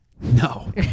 No